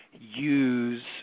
use